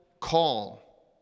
call